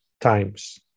times